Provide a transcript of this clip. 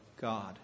God